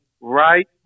right